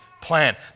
plan